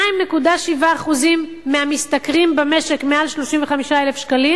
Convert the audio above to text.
2.7% מהמשתכרים במשק מעל 35,000 שקלים